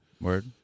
Word